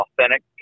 Authentic